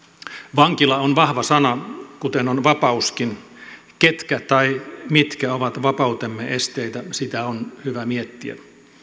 vankila on vahva sana kuten on vapauskin ketkä tai mitkä ovat vapautemme esteitä sitä on hyvä miettiä